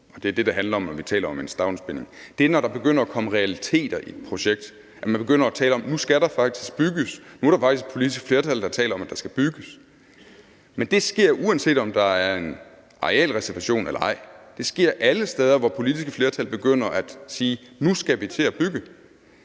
det er det, det handler om, når vi taler om en stavnsbinding – er, når der begynder at komme realiteter i et projekt og man begynder at tale om, at nu skal der faktisk bygges; nu er der faktisk et politisk flertal, der taler om, at der skal bygges. Men det sker, uanset om der er en arealreservation eller ej. Det sker alle steder, hvor politiske flertal begynder at sige, at nu skal vi til at bygge.